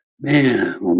Man